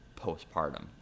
postpartum